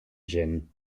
gin